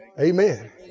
Amen